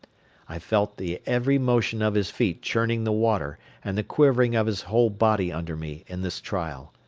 i felt the every motion of his feet churning the water and the quivering of his whole body under me in this trial.